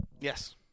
Yes